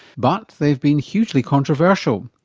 but they've been hugely controversial,